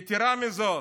יתרה מזו,